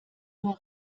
nur